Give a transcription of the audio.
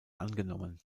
angenommen